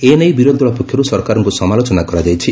ଏନେଇ ବିରୋଧୀ ଦଳ ପକ୍ଷର୍ ସରକାରଙ୍କୁ ସମାଲୋଚନା କରାଯାଇଛି